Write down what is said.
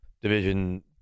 division